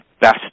best